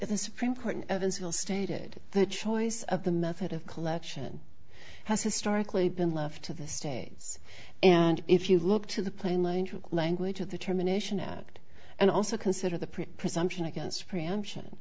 the supreme court in evansville stated the choice of the method of collection has historically been left to the states and if you look to the plain language of the terminations act and also consider the presumption against preemption